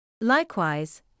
Likewise